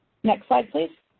next slide.